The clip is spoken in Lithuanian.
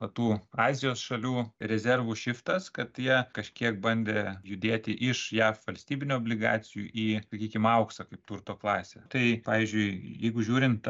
va tų azijos šalių rezervų šiftas kad jie kažkiek bandė judėti iš jav valstybinių obligacijų į sakykim auksą kaip turto klasę tai pavyzdžiui jeigu žiūrint